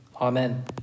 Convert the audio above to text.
Amen